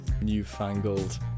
newfangled